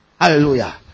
Hallelujah